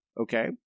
okay